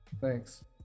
Thanks